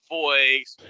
voice